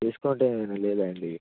discount ఏమైన లేదా అండి